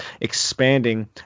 expanding